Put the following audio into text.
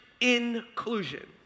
inclusion